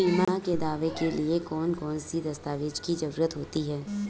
बीमा के दावे के लिए कौन कौन सी दस्तावेजों की जरूरत होती है?